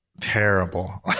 Terrible